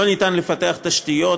אין אפשרות לפתח תשתיות,